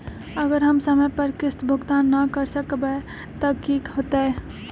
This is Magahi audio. अगर हम समय पर किस्त भुकतान न कर सकवै त की होतै?